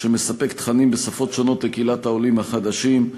שמספק תכנים בשפות שונות לקהילת העולים החדשים.